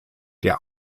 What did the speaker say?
der